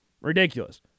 Ridiculous